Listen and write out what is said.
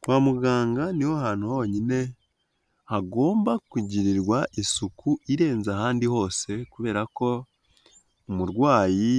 Kwa muganga ni ho hantu honyine hagomba kugirirwa isuku irenze ahandi hose kubera ko umurwayi